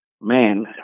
man